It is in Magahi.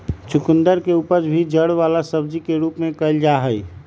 चुकंदर के उपज भी जड़ वाला सब्जी के रूप में कइल जाहई